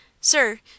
Sir